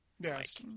Yes